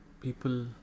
People